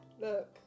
Look